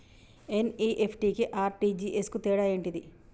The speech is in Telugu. ఎన్.ఇ.ఎఫ్.టి కి ఆర్.టి.జి.ఎస్ కు తేడా ఏంటిది?